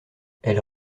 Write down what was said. elles